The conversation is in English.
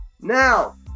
Now